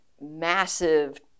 massive